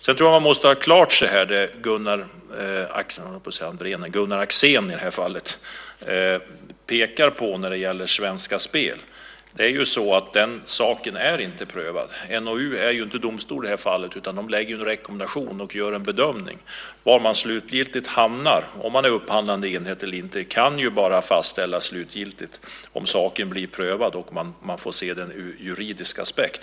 Jag tror att man måste ha klart för sig om det som Gunnar Axén pekar på när det gäller Svenska spel att den saken inte är prövad. NOU är ju inte domstol. De lägger en rekommendation och gör en bedömning. Om man är upphandlande enhet eller inte kan bara fastställas slutgiltigt om saken blir prövad och man får se den ur juridisk aspekt.